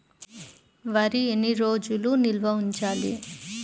వరి ఎన్ని రోజులు నిల్వ ఉంచాలి?